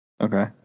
Okay